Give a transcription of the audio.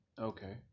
Okay